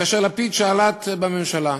כאשר לפיד שלט בממשלה,